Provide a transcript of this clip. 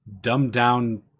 dumbed-down